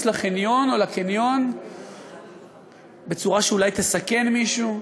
לחניון או לקניון בצורה שאולי תסכן מישהו,